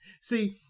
See